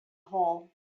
hole